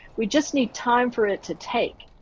we just need time for it to take.